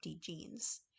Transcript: genes